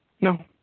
No